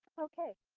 okay.